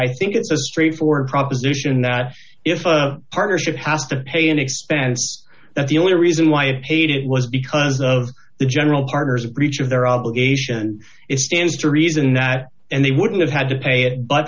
i think it's a straightforward proposition that if a partnership has to pay an expense that the only reason why i paid it was because of the general partner's breach of their obligation is stands to reason that and they wouldn't have had to pay it but